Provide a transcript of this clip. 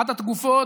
אחת התקופות